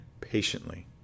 patiently